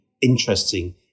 interesting